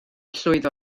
llwyddo